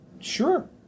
Sure